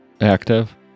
active